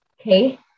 okay